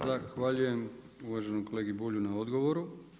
Zahvaljujem uvaženom kolegi Bulju na odgovoru.